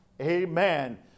Amen